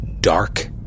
dark